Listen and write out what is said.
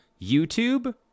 youtube